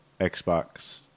xbox